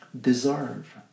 deserve